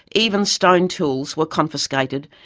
even stone tools were confiscated,